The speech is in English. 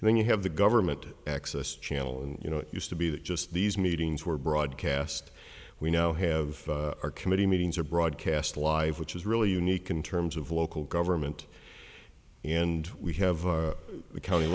and then you have the government access channel and you know it used to be that just these meetings were broadcast we now have our committee meetings are broadcast live which is really unique in terms of local government and we have